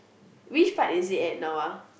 which part is it at now ah